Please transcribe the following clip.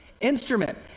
Instrument